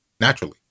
naturally